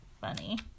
Funny